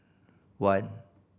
one